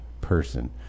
person